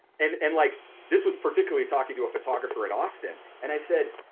and and like this was particularly talking to a photographer in austin. and i said,